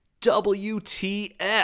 WTF